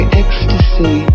ecstasy